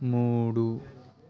మూడు